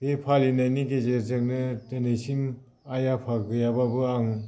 बे फालिनायनि गेजेरजोंनो दिनैसिम आइ आफा गैयाब्लाबो आं